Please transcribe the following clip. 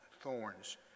thorns